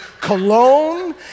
cologne